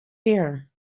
here